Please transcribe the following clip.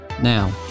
Now